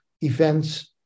events